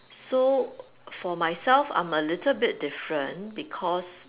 so for myself I am a little bit different because